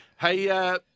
Hey